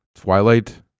Twilight